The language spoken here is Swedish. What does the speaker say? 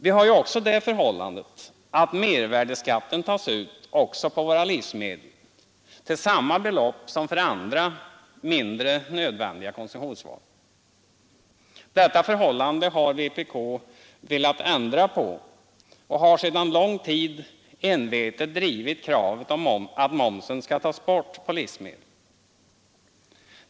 Vi har ju också det förhållandet att mervärdeskatten tas ut även på våra livsmedel till samma belopp som för andra, mindre nödvändiga konsumtionsvaror. Detta förhållande har vpk velat ändra på och har sedan lång tid envetet drivit kravet att momsen skall tas bort på livsmedlen.